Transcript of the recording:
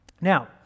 Now